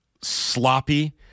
sloppy